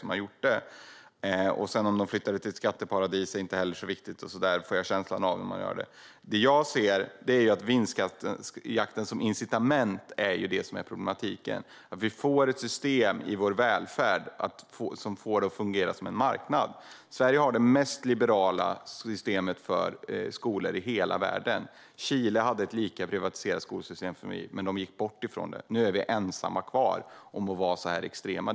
Om man flyttar den till ett skatteparadis är inte heller så viktigt. Det jag anser är att vinstjakten som incitament är det som är problematiken. Man får ett system i välfärden som får den att fungera som en marknad. Sverige har det mest liberala systemet för skolor i hela världen. Chile hade ett lika privatiserat skolsystem som vi, men man har avskaffat det. Nu är vi ensamma kvar med att vara så här extrema.